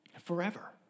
forever